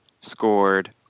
scored